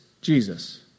Jesus